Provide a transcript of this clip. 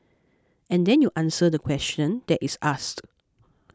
and then you answer the question that is asked